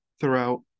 throughout